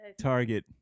Target